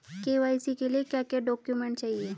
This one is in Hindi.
के.वाई.सी के लिए क्या क्या डॉक्यूमेंट चाहिए?